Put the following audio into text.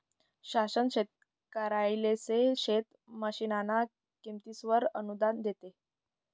शासन शेतकरिसले शेत मशीनना किमतीसवर अनुदान देस